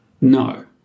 No